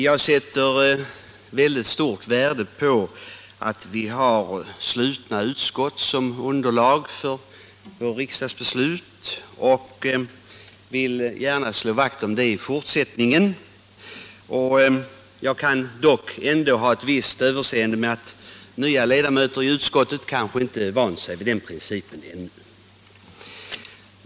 Jag sätter väldigt stort värde på att den behandling av frågorna som skall ge underlag för våra riksdagsbeslut görs i slutna utskott, och jag vill gärna slå vakt om det i fortsättningen —- jag kan ändå ha ett visst överseende med att nya ledamöter i utskotten ännu inte har vant sig vid den principen.